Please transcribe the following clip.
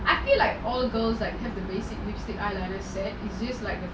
I feel like all girls like has the basic lipstick eyeliner set it's just like